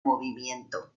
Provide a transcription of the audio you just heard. movimiento